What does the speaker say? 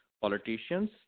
Politicians